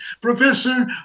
Professor